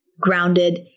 grounded